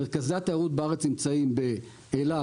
מרכזי התיירות בארץ נמצאים באילת,